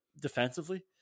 defensively